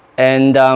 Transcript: and